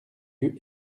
yeux